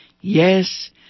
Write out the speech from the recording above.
Yes